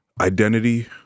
identity